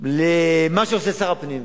למה שעושה שר הפנים.